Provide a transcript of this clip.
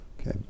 Okay